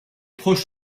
proche